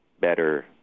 better